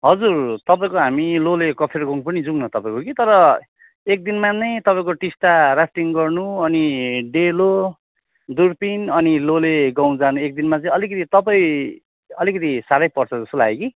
हजुर तपाईँको हामी लोले कफेर गाउँ पनि जाउँ न तपाईँको कि तर एकदिनमा नै तपाईँको टिस्टा राफ्टिङ गर्नु अनि डेलो दुर्पिन अनि लोले गाउँ जानु एकदिनमा चाहिँ अलिकति तपाईँ अलिकति साह्रै पर्छ जस्तो लाग्यो कि